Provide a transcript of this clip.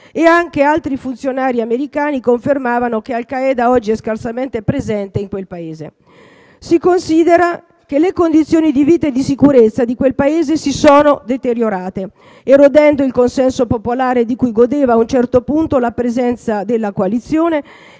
e che «alti funzionari americani confermano che Al Qaeda è oggi scarsamente presente in Afghanistan». Si considera che «le condizioni di vita e di sicurezza in quel Paese si sono deteriorate, erodendo il consenso popolare di cui godeva a un certo punto la presenza della coalizione e